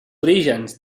orígens